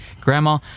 Grandma